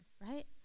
right